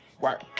Work